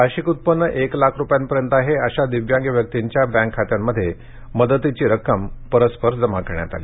वार्षिक उत्पन्न एक लाख रुपयांपर्यंत आहे अशा दिव्यांग व्यक्तिंच्या बँक खात्यांमध्ये मदतीची रक्कम परस्पर जमा करण्यात आली